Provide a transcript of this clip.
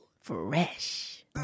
Fresh